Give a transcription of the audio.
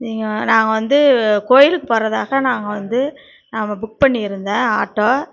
நீங்கள் நாங்கள் வந்து கோயிலுக்கு போகறதாக நாங்கள் வந்து புக் பண்ணி இருந்தேன் ஆட்டோ